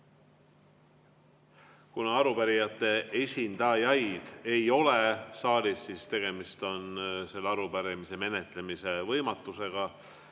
Kuna arupärijate esindajaid ei ole saalis, siis on tegemist selle arupärimise menetlemise võimatusega